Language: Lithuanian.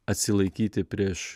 atsilaikyti prieš